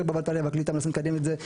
בוועדת העלייה והקליטה מנסה לקדם את זה.